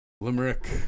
Limerick